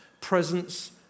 Presence